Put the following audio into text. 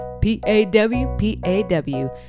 P-A-W-P-A-W